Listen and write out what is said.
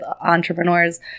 entrepreneurs